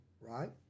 right